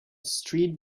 street